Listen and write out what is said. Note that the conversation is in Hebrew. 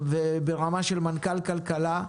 ברמה של מנכ"ל כלכלה,